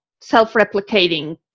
self-replicating